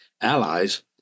allies